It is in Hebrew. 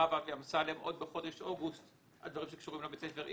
הרב אבי אמסלם עוד בחודש אוגוסט על דברים שקשורים לבית הספר,